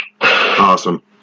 Awesome